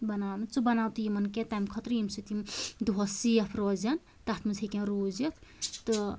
بناونہٕ ژٕ بَناو تہٕ یِمَن کیٚنٛہہ تَمہِ خٲطرٕ ییٚمہِ سۭتۍ یِم دۄہس سیف روزیٚن تَتھ منز ہیٚکیٚن روٗزِتھ تہٕ